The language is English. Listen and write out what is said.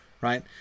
right